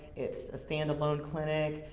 it's a stand-alone clinic,